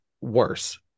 worse